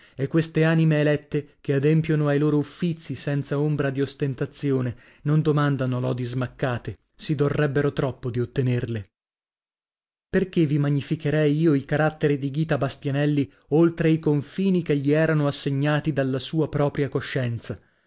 e queste anime elette che adempiono ai loro uffizi senza ombra di ostentazione non domandano lodi smaccate si dorrebbero troppo di ottenerle perchè vi magnificherei io il carattere di ghita bastianelli oltre i confini che gli erano assegnati dalla sua propria coscienza